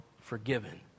forgiven